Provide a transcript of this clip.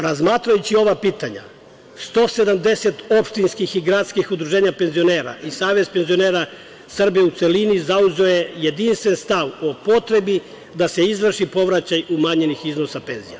Razmatrajući ova pitanja, 170 opštinskih i gradskih udruženja penzionera i Savez penzionera Srbije u celini, zauzeo je jedinstven stav o potrebi da se izvrši povraćaj umanjenih iznosa penzija.